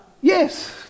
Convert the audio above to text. Yes